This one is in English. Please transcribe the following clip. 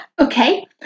okay